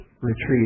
retreat